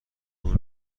اون